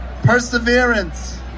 perseverance